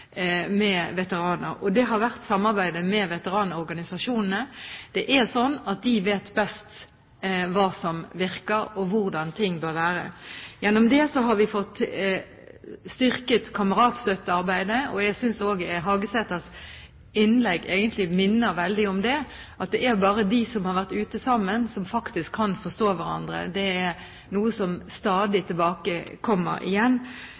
samarbeidet med veteranorganisasjonene. Det er slik at de vet best hva som virker, og hvordan ting bør være. Gjennom det har vi fått styrket kameratstøttearbeidet, og jeg synes Hagesæters innlegg egentlig minner oss på dette, at det er bare de som har vært ute sammen, som faktisk kan forstå hverandre. Det er noe som stadig kommer igjen